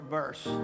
verse